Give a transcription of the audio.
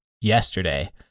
yesterday